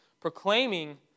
proclaiming